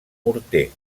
morter